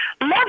Love